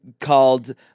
called